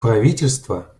правительства